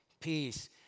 peace